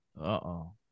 Uh-oh